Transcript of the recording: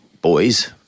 boys